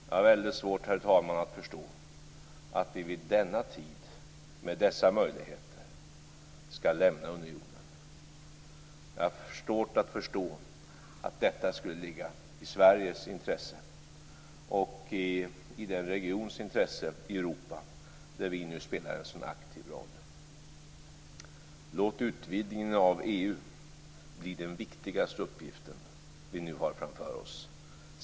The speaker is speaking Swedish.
Jag har väldigt svårt, herr talman, att förstå att vi vid denna tid med dessa möjligheter skall lämna unionen. Jag har svårt att förstå att detta skulle ligga i Sveriges intresse och i den regions intresse, i Europa, där vi nu spelar en sådan aktiv roll. Låt utvidgningen av EU bli den viktigaste uppgiften, som vi nu har framför oss!